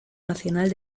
nacional